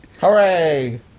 Hooray